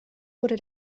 wurde